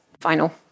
final